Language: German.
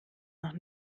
noch